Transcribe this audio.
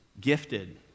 gifted